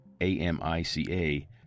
A-M-I-C-A